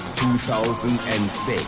2006